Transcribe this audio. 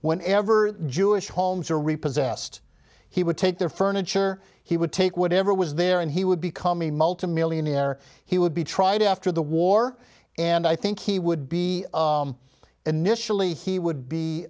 when ever jewish homes are repossessed he would take their furniture he would take whatever was there and he would become a multimillionaire he would be tried after the war and i think he would be initially he would be